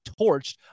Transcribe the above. torched